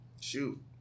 shoot